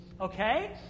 Okay